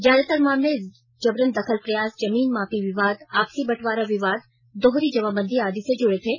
ज्यादातर मामले जबरन दखल प्रयास जमीन मापी विवाद आपसी बटबारा विवाद दोहरी जमाबंदी आदि से जुड़े थे